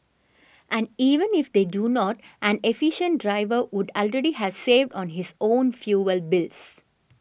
and even if they do not an efficient driver would already have saved on his own fuel bills